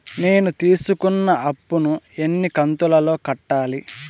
నేను తీసుకున్న అప్పు ను ఎన్ని కంతులలో కట్టాలి?